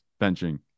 benching